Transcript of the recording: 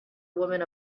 woman